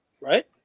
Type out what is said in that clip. right